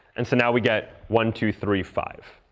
and so now we get one two, three, five.